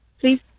please